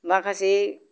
माखासे